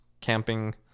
camping